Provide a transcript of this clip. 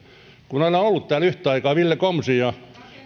olen ollut täällä yhtä aikaa ville komsin